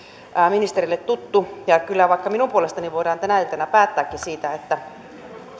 ministerille tuttu ja kyllä minun puolestani voidaan vaikka tänä iltana päättääkin siitä että